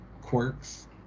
quirks